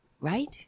Right